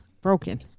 broken